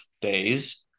days